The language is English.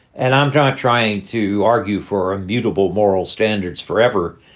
and i'm not trying to argue for immutable moral standards forever.